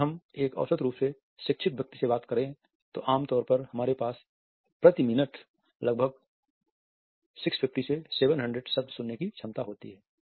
अगर हम एक औसत रूप से शिक्षित व्यक्ति की बात करे तो आम तौर पर हमारे पास प्रति मिनट लगभग 650 से 700 शब्द सुनने की क्षमता होती है